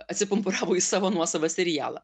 atsipumpuravo į savo nuosavą serialą